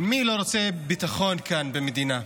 מי לא רוצה ביטחון כאן, במדינה?